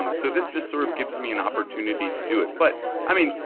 um so this just sort of gives me an opportunity to do it. but i mean,